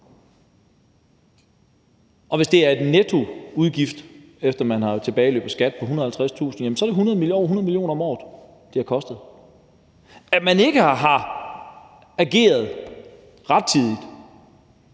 og hvis det er en nettoudgift, efter at man har tilbageløb og skat på 150.000 kr., så er det over 100 mio. kr. om året, det har kostet, at man ikke har ageret rettidigt,